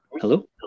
Hello